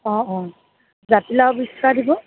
অঁ অঁ জাতিলাও বিছটা দিব